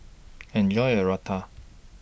Enjoy your Raita